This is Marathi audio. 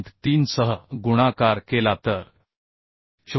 3 सह गुणाकार केला तर 0